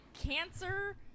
cancer